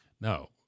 no